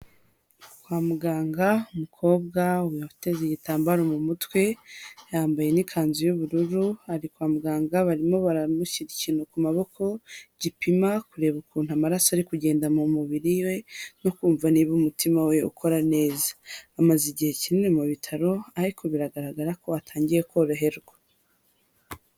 Kwa muganga umukobwa witeze igitambaro mu mutwe, yambaye n'ikanzu y'ubururu, ari kwa muganga barimo baramushyira ikintu ku maboko, gipima kureba ukuntu amaraso ari kugenda mu mubiri we, no kumva niba umutima we ukora neza. Amaze igihe kinini mu bitaro, ariko biragaragara ko atangiye koroherwa.